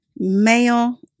male